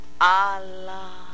Allah